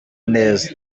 neza